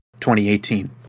2018